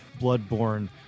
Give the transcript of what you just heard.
Bloodborne